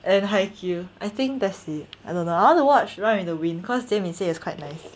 and haikyu I think that's it I don't know I wanna watch run with the wind cause jie min said it's quite nice